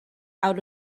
out